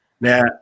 now